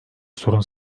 sorun